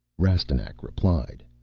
rastignac replied,